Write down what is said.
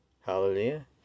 Hallelujah